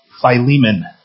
Philemon